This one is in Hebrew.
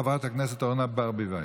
חברת הכנסת אורנה ברביבאי.